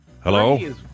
Hello